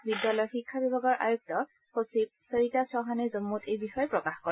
বিদ্যালয় শিক্ষা বিভাগৰ আয়ুক্ত সচিব সৰিতা চৌহানে জম্মুত এই বিষয়ে প্ৰকাশ কৰে